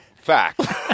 fact